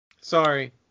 Sorry